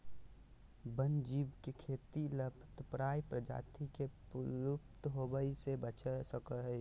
वन्य जीव के खेती लुप्तप्राय प्रजाति के विलुप्त होवय से बचा सको हइ